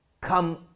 Come